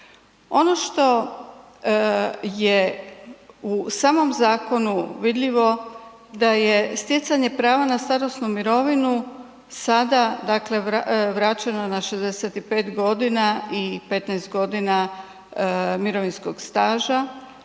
Ono što je u samom zakonu vidljivo da je stjecanje prava na starosnu mirovinu sada vraćeno na 65 godina i 15 godina mirovinskog staža,